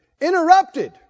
Interrupted